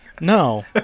No